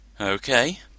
Okay